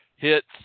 hits